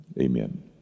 Amen